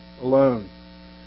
alone